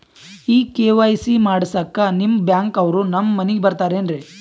ಈ ಕೆ.ವೈ.ಸಿ ಮಾಡಸಕ್ಕ ನಿಮ ಬ್ಯಾಂಕ ಅವ್ರು ನಮ್ ಮನಿಗ ಬರತಾರೆನ್ರಿ?